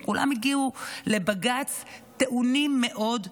וכולם הגיעו לבג"ץ טעונים מאוד,